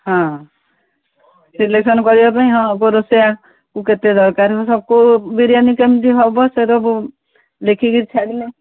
ହଁ ସିଲେକ୍ସନ କରିବା ପାଇଁ ହଁ ରୋଷେଇୟାକୁ କେତେ ଦରକାର ହେବ ସବୁ କୋଉ ବିରିୟାନୀ କେମିତି ହେବ ସେସବୁ ଲେଖିକି ଛାଡ଼ିଲେ